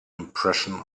impression